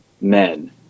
men